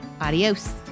Adios